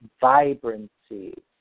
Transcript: vibrancy